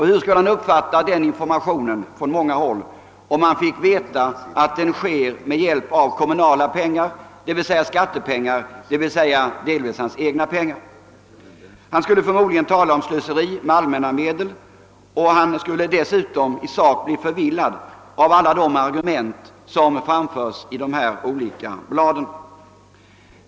Hur skulle han uppfatta den informationen, om han fick veta att den görs med hjälp av kommunala pengar — d.v.s. skattepengar och alltså delvis hans egna pengar? Han skulle förmodligen tala om slöseri med allmänna medel och dessutom bli förvillad av alla de argument som skulle framföras i dessa olika blad.